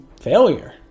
failure